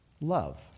love